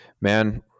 Man